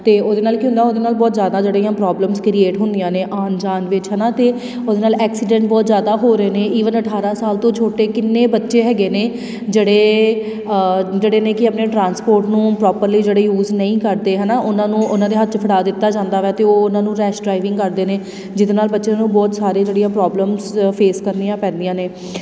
ਅਤੇ ਉਹਦੇ ਨਾਲ਼ ਕੀ ਹੁੰਦਾ ਉਹਦੇ ਨਾਲ਼ ਬਹੁਤ ਜ਼ਿਆਦਾ ਜਿਹੜੀਆਂ ਪ੍ਰੋਬਲਮਸ ਕ੍ਰੀਏਟ ਹੁੰਦੀਆਂ ਨੇ ਆਉਣ ਜਾਣ ਵਿੱਚ ਹੈ ਨਾ ਅਤੇ ਉਹਦੇ ਨਾਲ਼ ਐਕਸੀਡੈਂਟ ਬਹੁਤ ਜ਼ਿਆਦਾ ਹੋ ਰਹੇ ਨੇ ਈਵਨ ਅਠਾਰਾਂ ਸਾਲ ਤੋਂ ਛੋਟੇ ਕਿੰਨੇ ਬੱਚੇ ਹੈਗੇ ਨੇ ਜਿਹੜੇ ਜਿਹੜੇ ਨੇ ਕਿ ਆਪਣੇ ਟ੍ਰਾਂਸਪੋਰਟ ਨੂੰ ਪ੍ਰੋਪਰਲੀ ਜਿਹੜੇ ਯੂਜ ਨਹੀਂ ਕਰਦੇ ਹੈ ਨਾ ਉਹਨਾਂ ਨੂੰ ਉਹਨਾਂ ਦੇ ਹੱਥ 'ਚ ਫੜਾ ਦਿੱਤਾ ਜਾਂਦਾ ਵੈ ਅਤੇ ਉਹ ਉਹਨਾਂ ਨੂੰ ਰੈਸ਼ ਡਰਾਈਵਿੰਗ ਕਰਦੇ ਨੇ ਜਿਹਦੇ ਨਾਲ਼ ਬੱਚੇ ਨੂੰ ਬਹੁਤ ਸਾਰੇ ਜਿਹੜੀਆਂ ਪ੍ਰੋਬਲਮਸ ਫੇਸ ਕਰਨੀਆਂ ਪੈਂਦੀਆਂ ਨੇ